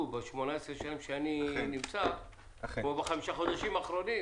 ב-18 שנה שאני נמצא במשכן כמו בחמשת החודשים האחרונים.